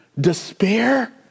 Despair